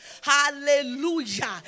Hallelujah